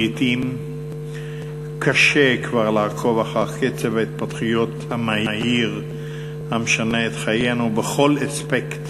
לעתים קשה כבר לעקוב אחר קצב ההתפתחויות המהיר המשנה את חיינו בכל אספקט